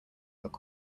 look